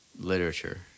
literature